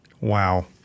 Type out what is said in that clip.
Wow